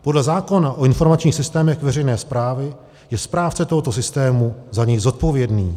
Podle zákona o informačních systémech veřejné správy je správce tohoto systému za něj zodpovědný.